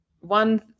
one